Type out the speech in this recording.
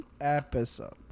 episode